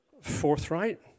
forthright